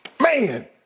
Man